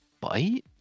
bite